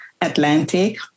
Atlantic